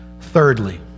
Thirdly